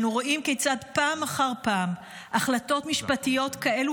אנו רואים כיצד פעם אחר פעם החלטות משפטיות כאלו